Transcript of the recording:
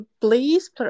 please